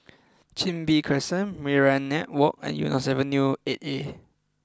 Chin Bee Crescent Minaret Walk and Eunos Avenue Eight A